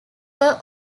were